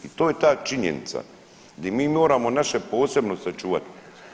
I to je ta činjenica, gdje mi moramo naše posebnosti sačuvati.